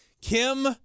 Kim